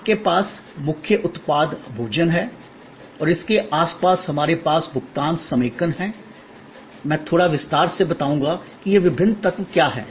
आपके पास मुख्य उत्पाद भोजन है और इसके आसपास हमारे पास भुगतान समेकन है मैं थोड़ा विस्तार से बताऊंगा कि ये विभिन्न तत्व क्या हैं